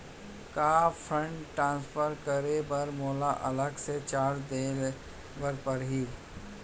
का fund transfer करे बर मोला अलग से चार्ज देहे बर परही?